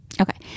Okay